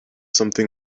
something